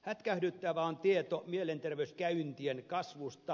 hätkähdyttävä on tieto mielenterveyskäyntien kasvusta